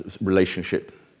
relationship